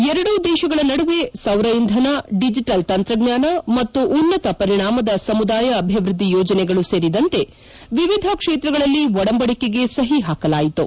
ಎರಡೂ ದೇಶಗಳ ನಡುವೆ ಸೌರ ಇಂಧನ ಡಿಜೆಟಲ್ ತಂತ್ರಜ್ಞಾನ ಮತ್ತು ಉನ್ನತ ಪರಿಣಾಮದ ಸಮುದಾಯ ಅಭಿವೃದ್ದಿ ಯೋಜನೆಗಳು ಸೇರಿದಂತೆ ವಿವಿಧ ಕ್ಷೇತ್ರಗಳಲ್ಲಿ ಒಡಂಬಡಿಕೆಗೆ ಸಹಿ ಹಾಕಲಾಯಿತು